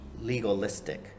legalistic